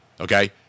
Okay